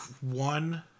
one